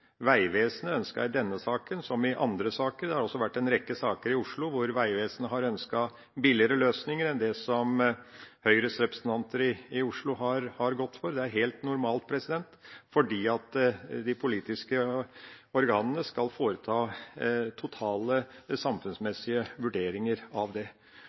Vegvesenet ønsket i denne saken, som i andre saker, en billigere løsning. Det har også i Oslo vært en rekke saker hvor Vegvesenet har ønsket billigere løsninger enn det som Høyres representanter i Oslo har gått for. Det er helt normalt, fordi de politiske organene skal foreta totale samfunnsmessige vurderinger av det.